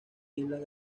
islas